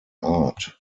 art